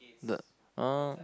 the oh